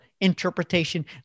interpretation